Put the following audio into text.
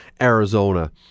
Arizona